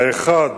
האחד